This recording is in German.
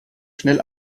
schnell